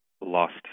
lost